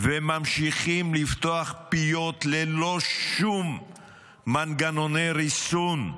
ממשיכים לפתוח פיות ללא שום מנגנוני ריסון.